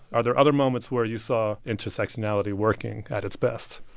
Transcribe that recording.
are there other moments where you saw intersectionality working at its best?